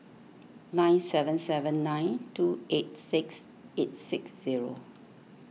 nine seven seven nine two eight six eight six zero